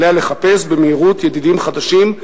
עליה לחפש במהירות ידידים חדשים,